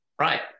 right